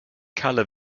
kalle